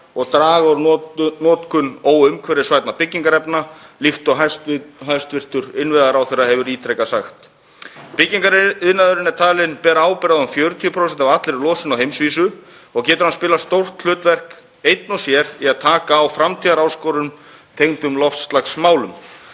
og draga úr notkun óumhverfisvænna byggingarefna líkt og hæstv. innviðaráðherra hefur ítrekað sagt. Byggingariðnaðurinn er talinn bera ábyrgð á um 40% af allri losun á heimsvísu og getur hann spilað stórt hlutverk einn og sér í að taka á framtíðaráskorunum tengdum loftslagsmálum.